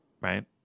Right